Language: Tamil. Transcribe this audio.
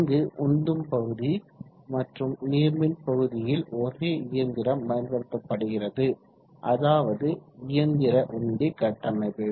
இங்கு உந்தும் பகுதி மற்றும் நீர்மின் பகுதியில் ஒரே இயந்திரம் பயன்படுத்தப்படுகிறது அதாவது இயந்திர உந்தி கட்டமைப்பு